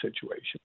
situation